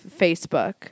Facebook